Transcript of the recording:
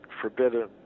Forbidden